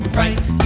right